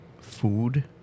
Food